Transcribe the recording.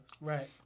right